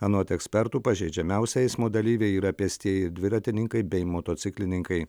anot ekspertų pažeidžiamiausi eismo dalyviai yra pėstieji dviratininkai bei motociklininkai